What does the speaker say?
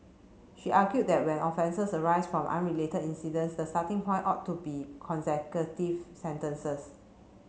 she argued that when offences arise from unrelated incidents the starting point ought to be consecutive sentences